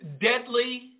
deadly